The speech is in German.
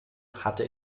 hatte